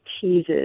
teases